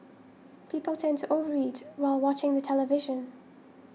people tend to over eat while watching the television